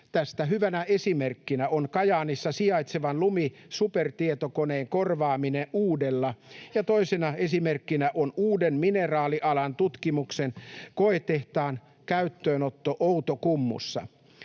Tästä hyvänä esimerkkinä on Kajaanissa sijaitsevan Lumi-supertietokoneen korvaaminen uudella. Toisena esimerkkinä on uuden mineraalialan tutkimuksen koetehtaan käyttöönotto Outokummussa.